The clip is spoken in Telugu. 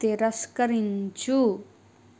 తిరస్కరించు